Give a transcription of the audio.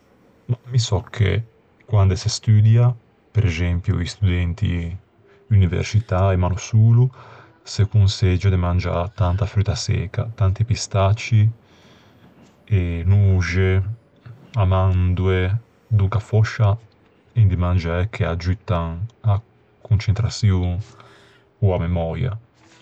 Mi sò quande se studia, prexempio i studenti universcitäi, ma no solo, se conseggia de mangiâ tanta fruta secca, tanti pistacci, noxe, amandoe... Donca fòscia en di mangiæ che aggiuttan a concentraçion ò a memöia.